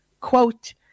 quote